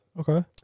Okay